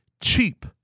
cheap